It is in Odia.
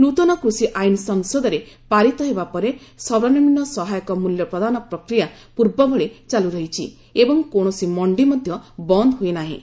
ନ୍ନତନ କୃଷି ଆଇନ ସଂସଦରେ ପାରିତ ହେବା ପରେ ସର୍ବନିମ୍ବ ସହାୟକ ମୂଲ୍ୟ ପ୍ରଦାନ ପ୍ରକ୍ରିୟା ପୂର୍ବଭଳି ଚାଲୁ ରହିଛି ଏବଂ କୌଣସି ମଣ୍ଡି ମଧ୍ୟ ବନ୍ଦ୍ ହୋଇ ନାହିଁ